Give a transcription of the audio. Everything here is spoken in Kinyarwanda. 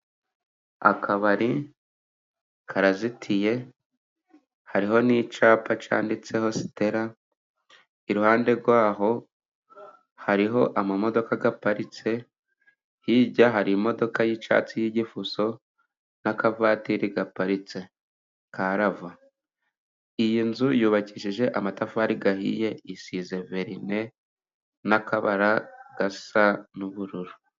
akabari karazitiye hariho n'icyapa cyanditseho Sitela. Iruhande rwaho hariho amamodoka aparitse. Hirya hari imodoka y'icyatsi y'igifuso n'akavatiri gaparitse ka Rava. Iyi nzu yubakishije amatafari ahiye, isize verine n'akabara gasa n'ubururu.